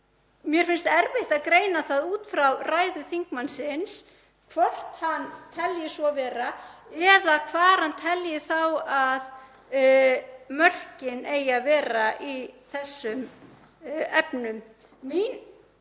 mér finnst erfitt að greina það út frá ræðu hv. þingmanns hvort hann telji svo vera eða hvar hann telji þá að mörkin eigi að vera í þessum efnum. Mín